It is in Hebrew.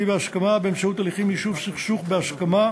בהסכמה באמצעות הליכים ליישוב סכסוך בהסכמה,